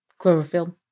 cloverfield